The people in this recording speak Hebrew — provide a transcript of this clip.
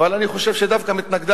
אבל אני חושב שדווקא מתנגדי